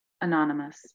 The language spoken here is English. Anonymous